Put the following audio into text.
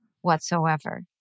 whatsoever